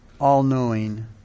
all-knowing